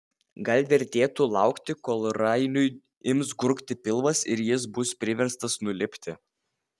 gal vertėtų laukti kol rainiui ims gurgti pilvas ir jis bus priverstas nulipti